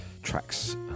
tracks